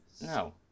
no